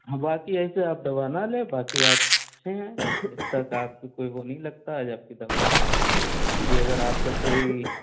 ہاں باقی ایسے آپ دوا نہ لیں باقی آپ اچھے ہیں جب تک آپ کو کوئی وہ نہیں لگتا ہے جب کی دوا نہ لیں باقی اگر آپ کا کوئی